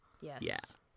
Yes